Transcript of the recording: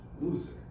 loser